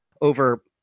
over